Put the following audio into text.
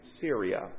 Syria